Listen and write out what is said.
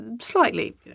slightly